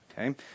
Okay